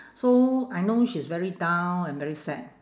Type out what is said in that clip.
so I know she's very down and very sad